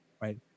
right